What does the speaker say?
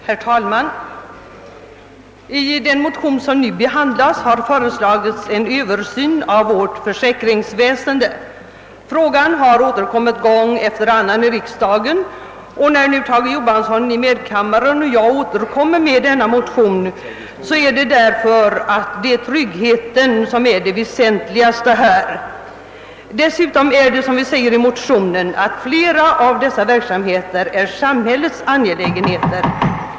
Herr talman! I den motion som nu behandlas har föreslagits en översyn av vårt försäkringsväsende. Frågan har aktualiserats gång efter annan i riksdagen, och när nu Tage Johansson i medkammaren och jag återkommer med en motion, sker detta därför att trygghetsfrågorna är det väsentligaste för oss. Dessutom är som vi säger i motionen flera av dessa verksamheter samhällets angelägenheter.